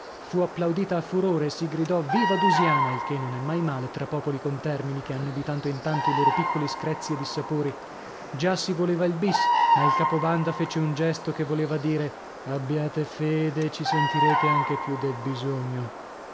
fu applaudita a furore e si gridò viva dusiana il che non è mai male tra popoli contermini che hanno di tanto in tanto i loro piccoli screzi e dissapori già si voleva il bis ma il capobanda fece un gesto che voleva dire abbiate fede ci sentirete anche più del bisogno